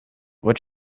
what